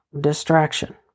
distraction